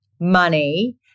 money